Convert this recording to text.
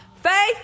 Faith